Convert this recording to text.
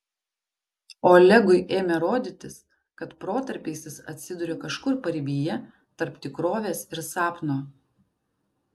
olegui ėmė rodytis kad protarpiais jis atsiduria kažkur paribyje tarp tikrovės ir sapno